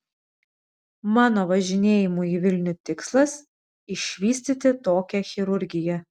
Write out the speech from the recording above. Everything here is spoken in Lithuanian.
mano važinėjimų į vilnių tikslas išvystyti tokią chirurgiją